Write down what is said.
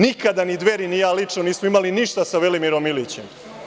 Nikada ni Dveri ni ja lično nismo imali ništa sa Velimirom Ilićem.